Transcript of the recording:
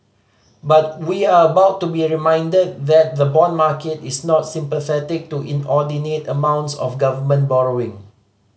but we are about to be reminded that the bond market is not sympathetic to inordinate amounts of government borrowing